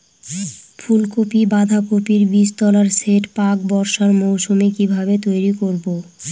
ফুলকপি বাধাকপির বীজতলার সেট প্রাক বর্ষার মৌসুমে কিভাবে তৈরি করব?